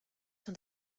son